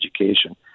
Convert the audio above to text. education